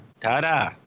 ta-da